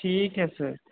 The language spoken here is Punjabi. ਠੀਕ ਹੈ ਸਰ